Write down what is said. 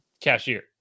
cashier